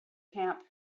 camp